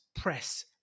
press